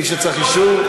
מי שצריך אישור,